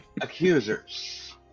Accusers